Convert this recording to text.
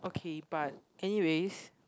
okay but anyways